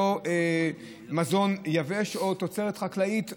אותו מזון יבש או תוצרת חקלאית עודפת.